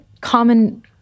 common